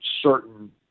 certain